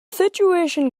situation